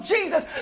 Jesus